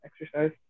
Exercise